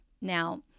Now